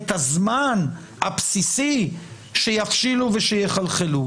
את הזמן הבסיסי שיבשילו ושיחלחלו,